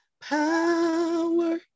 power